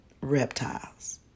reptiles